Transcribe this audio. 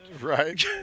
Right